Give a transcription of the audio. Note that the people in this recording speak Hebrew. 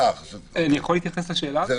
יכול להתייחס לשאלה הזו?